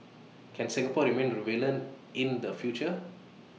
can Singapore remain relevant in the future